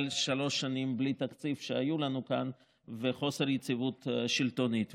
שלוש שנים בלי תקציב שהיו לנו כאן וחוסר היציבות השלטונית.